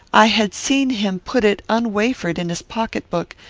i had seen him put it unwafered in his pocket-book,